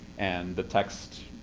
and the text